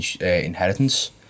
inheritance